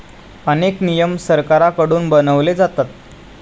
अनेक नियम सरकारकडून बनवले जातात